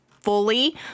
fully